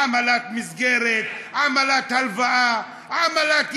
עמלת מסגרת, עמלת הלוואה, עמלת ישיר,